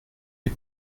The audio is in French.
les